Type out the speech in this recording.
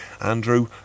Andrew